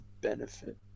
benefit